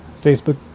Facebook